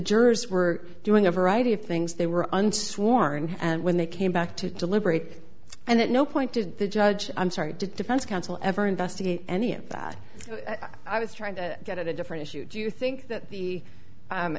jurors were doing a variety of things they were unsworn and when they came back to deliberate and at no point did the judge i'm sorry did defense counsel ever investigate any of that i was trying to get at a different issue do you think that the